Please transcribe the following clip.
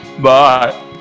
Bye